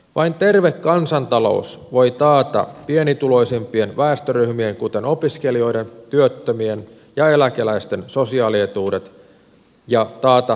vain terve kansantalous voi taata pienituloisimpien väestöryhmien kuten opiskelijoiden työttömien ja eläkeläisten sosiaalietuudet ja taata riittävät peruspalvelut